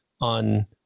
on